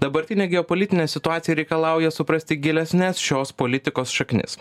dabartinė geopolitinė situacija reikalauja suprasti gilesnes šios politikos šaknis